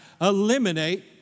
eliminate